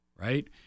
Right